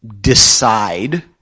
decide